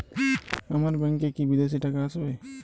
আমার ব্যংকে কি বিদেশি টাকা আসবে?